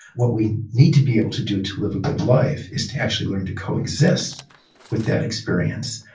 what we need to be able to do to live a good life is to actually learn to coexist with that experience,